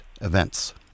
events